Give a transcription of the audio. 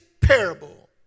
parable